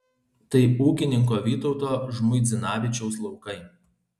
tai ūkininko vytauto žmuidzinavičiaus laukai